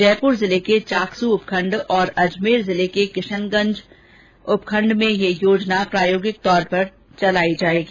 जयपूर जिले के चाकस उपखंड और अजमेर जिले के किशनगंज उपखंड में ये योजना प्रायोगिक तौर पर चलाए जाएगी